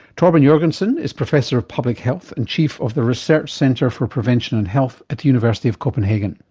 torben jorgenson is professor of public health and chief of the research centre for prevention and health at the university of copenhagen.